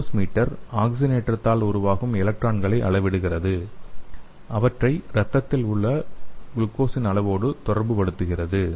glucose meter ஆக்சிஜனேற்றத்தால் உருவாகும் எலக்ட்ரான்களை அளவிடுகிறது அவற்றை இரத்தத்தில் உள்ள குளுக்கோஸின் அளவோடு தொடர்புபடுத்துகிறது